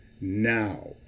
now